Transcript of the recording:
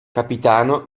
capitano